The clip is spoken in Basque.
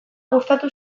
gustatu